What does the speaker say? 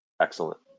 Excellent